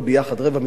רבע מיליון זרים,